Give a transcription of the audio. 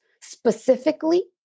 specifically